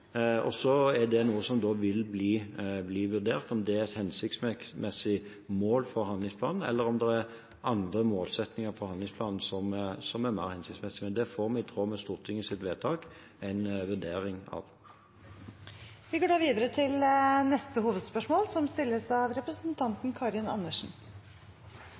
vil det bli vurdert om det er et hensiktsmessig mål for handlingsplanen, eller om det er andre målsettinger for handlingsplanen som er mer hensiktsmessig. Det får vi, i tråd med Stortingets vedtak, en vurdering av. Vi går videre til neste hovedspørsmål.